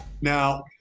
now